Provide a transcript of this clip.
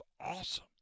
awesome